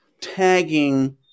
tagging